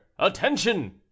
attention